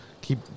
keep